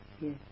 Yes